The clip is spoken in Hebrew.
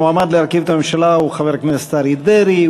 המועמד להרכיב את הממשלה הוא חבר הכנסת אריה דרעי.